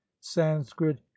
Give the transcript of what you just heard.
Sanskrit